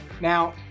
Now